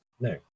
No